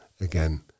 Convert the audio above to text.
again